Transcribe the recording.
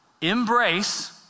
embrace